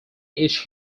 each